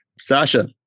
Sasha